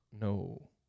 No